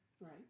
Right